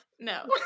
No